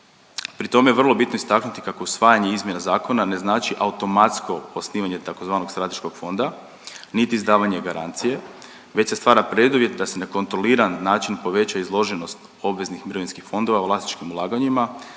Pri tome vrlo je bitno istaknuti kako usvajanje izmjena zakona ne znači automatsko osnivanje tzv. strateškog fonda, niti izdavanja garancije, već se stvara preduvjet da se na kontroliran način poveća izloženost obveznih mirovinskih fonda u vlasničkim ulaganjima